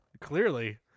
Clearly